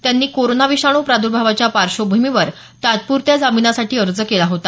त्यांनी कोरोना विषाणू प्राद्र्भावाच्या पार्श्वभूमीवर तात्पूरत्या जामिनासाठी अर्ज केला होता